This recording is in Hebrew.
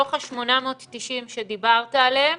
מתוך ה-890 שדיברת עליהם